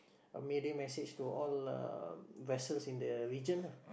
a mayday message to all uh vessels in the region ah